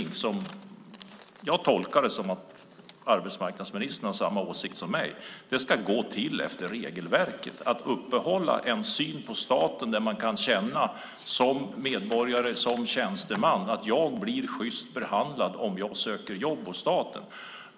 Jag tolkar det så att arbetsmarknadsministern har samma åsikt som jag, nämligen att regelverket ska följas. Det ska upprätthållas en syn på staten där jag som medborgare och tjänsteman ska känna att jag blir sjyst behandlad om jag söker jobb hos staten.